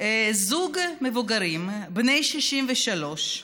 זוג מבוגרים, בני 63,